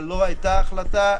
אבל לא הייתה החלטה,